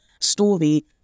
story